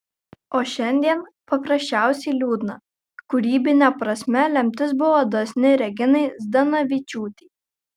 o šiandien paprasčiausiai liūdna kūrybine prasme lemtis buvo dosni reginai zdanavičiūtei